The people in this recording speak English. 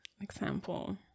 example